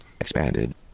Expanded